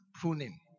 pruning